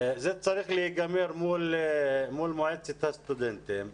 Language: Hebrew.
זה צריך להיגמר מול התאחדות הסטודנטים.